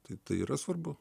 tai yra svarbu